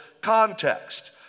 context